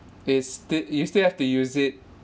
it's sti~ you still have to use it